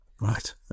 Right